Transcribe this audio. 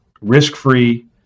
risk-free